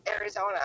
Arizona